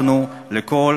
האחרונה והקשה ביותר, נכון